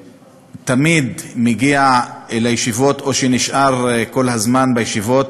תמיד אני מגיע לישיבות או נשאר כל הזמן בישיבות,